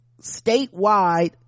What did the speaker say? statewide